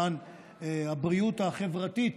למען הבריאות החברתית,